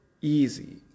easy